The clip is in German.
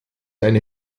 eine